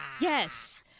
Yes